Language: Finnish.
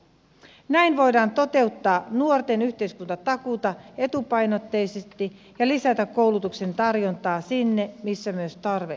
näin voidaan toteuttaa nuorten yhteiskuntatakuuta etupainotteisesti ja lisätä koulutuksen tarjontaa sinne missä myös tarve on suurin